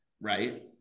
right